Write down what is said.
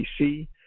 pc